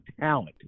talent